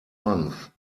month